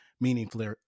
meaningfully